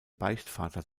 beichtvater